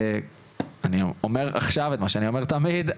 אני אומר עכשיו את מה שאני אומר תמיד,